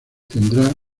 tendrá